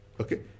Okay